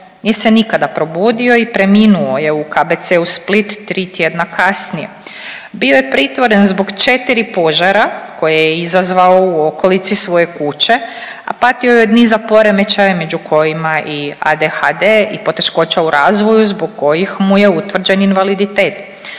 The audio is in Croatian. nije se nikada probudio i preminuo je u KBC Split tri tjedna kasnije. Bio je pritvoren zbog 4 požara koja je izazvao u okolici svoje kuće, a patio je od niza poremećaja među kojima i ADHD i poteškoća u razvoju zbog kojih mu je utvrđen invaliditet.